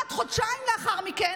כמעט חודשיים לאחר מכן,